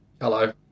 Hello